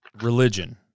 religion